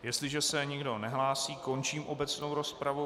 Jestliže se nikdo nehlásí, končím obecnou rozpravu.